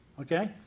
Okay